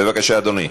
בבקשה, אדוני.